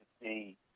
see